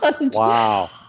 Wow